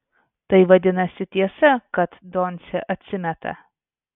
tai vadinasi tiesa kad doncė atsimeta